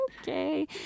okay